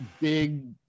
big